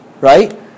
Right